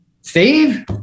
Steve